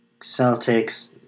Celtics